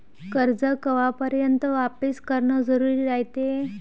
कर्ज कवापर्यंत वापिस करन जरुरी रायते?